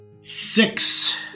six